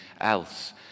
else